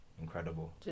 Incredible